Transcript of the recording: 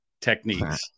techniques